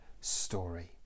story